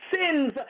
sins